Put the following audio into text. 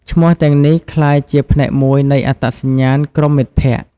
ឈ្មោះទាំងនេះក្លាយជាផ្នែកមួយនៃអត្តសញ្ញាណក្រុមមិត្តភក្ដិ។